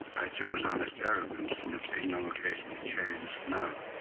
i chose honest arrogance and i've seen no occasion to change now.